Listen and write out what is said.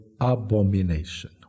abomination